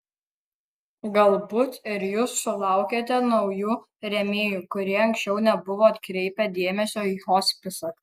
galbūt ir jūs sulaukėte naujų rėmėjų kurie anksčiau nebuvo atkreipę dėmesio į hospisą